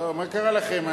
לא, מה קרה לכם?